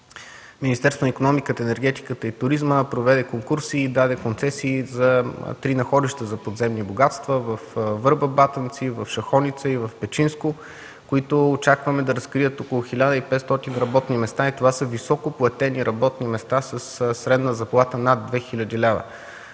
Министерството на икономиката, енергетиката и туризма проведе конкурс и даде концесии за три находища за подземни богатства – във „Върба-Батанци”, в „Шахоница” и в „Печинско”, които очакваме да разкрият около 1500 работни места. Това са високоплатени работни места със средна заплата над 2000 лв.